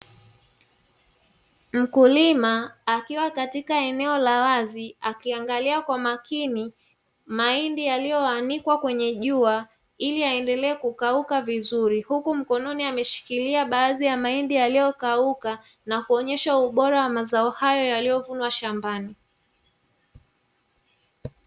Mkulima akiwa katika eneo la wazi akiangalia kwa makini mahindi yaliyoanikwa kwenye jua, ili aendelee kukauka vizuri huku mkononi ameshikilia baadhi ya mahindi yaliyokauka na kuonyesha ubora wa mazao hayo yaliyovunwa shambani.